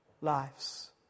lives